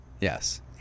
Yes